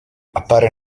appare